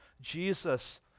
Jesus